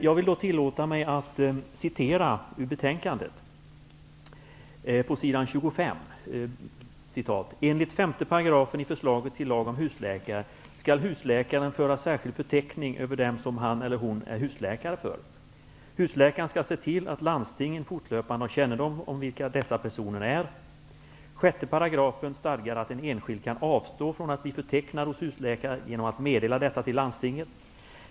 Jag vill då tillåta mig att citera ur betänkandet, på s. 25: ''Enligt 5 § i förslaget till lag om husläkare skall husläkaren föra särskild förteckning över dem som han eller hon är husläkare för. Husläkaren skall se till att landstinget fortlöpande har kännedom om vilka dessa personer är. 6 § stadgar att en enskild kan avstå från att bli förtecknad hos husläkare genom att meddela detta till landstinget.